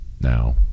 now